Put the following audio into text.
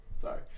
Sorry